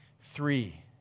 three